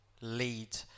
lead